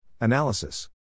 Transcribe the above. Analysis